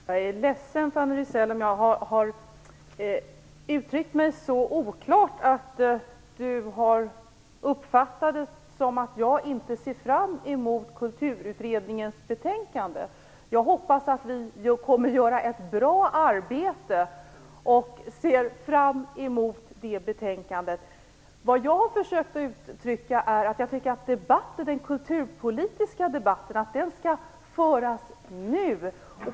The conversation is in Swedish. Herr talman! Jag är ledsen om jag har uttryckt mig så oklart att Fanny Rizell har uppfattat det som att jag inte ser fram emot Kulturutredningens betänkande. Jag hoppas att vi kommer att göra ett bra arbete och ser fram emot betänkandet. Vad jag försökte uttrycka är att jag tycker att den kulturpolitiska debatten skall föras nu.